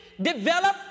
develop